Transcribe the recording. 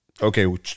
Okay